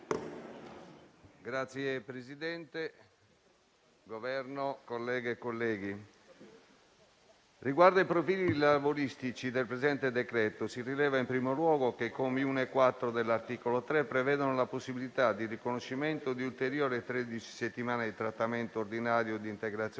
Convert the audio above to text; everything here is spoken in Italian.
membri del Governo, colleghe e colleghi, riguardo ai profili lavoristici del presente decreto-legge, si rileva in primo luogo che i commi 1 e 4 dell'articolo 3 prevedono la possibilità di riconoscimento di ulteriori tredici settimane di trattamento ordinario di integrazione